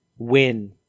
win